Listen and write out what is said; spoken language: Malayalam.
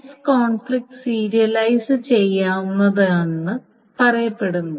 S കോൺഫ്ലിക്റ്റ് സീരിയലൈസ് ചെയ്യാവുന്നതാണെന്ന് പറയപ്പെടുന്നു